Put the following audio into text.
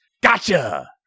Gotcha